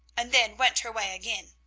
and then went her way again.